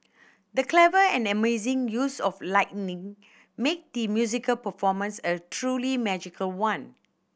the clever and amazing use of lighting made the musical performance a truly magical one